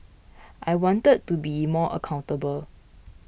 I wanted to be more accountable